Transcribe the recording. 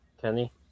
Kenny